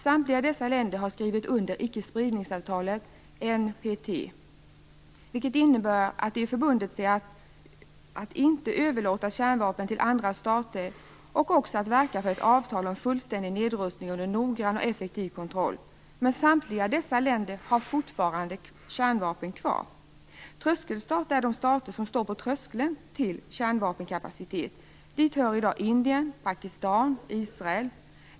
Samtliga dessa länder har skrivit under ickespridningsavtalet NPT, vilket innebär att de förbundit sig att inte överlåta kärnvapen till andra stater och också att verka för ett avtal om fullständig avrustning under noggrann och effektiv kontroll. Men samtliga dessa länder har fortfarande kärnvapen kvar. Tröskelstater är de stater som står på tröskeln till kärnvapenkapacitet. Dit hör i dag Indien, Pakistan och Israel.